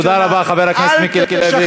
תודה רבה, חבר הכנסת מיקי לוי.